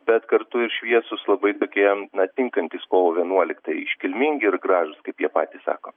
bet kartu ir šviesūs labai tokie na tinkantys kovo vienuoliktąjai iškilmingi ir gražūs kaip jie patys sako